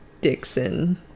Dixon